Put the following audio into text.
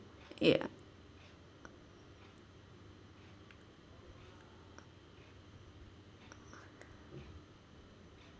ya